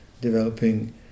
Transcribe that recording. developing